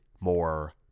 more